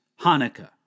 Hanukkah